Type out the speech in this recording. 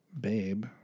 Babe